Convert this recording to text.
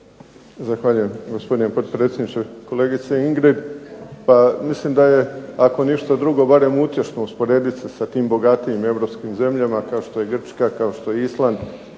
Zahvaljujem gospodine potpredsjedniče. Kolegice Ingrid, pa mislim da je ako ništa drugo barem utješno usporediti se sa tim bogatijim europskim zemljama kao što je Grčka, kao što je Island,